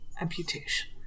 amputation